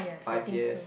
five years